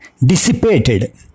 dissipated